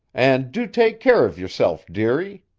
and do take keer of yourself, dearie.